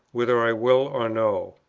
whether i will or no.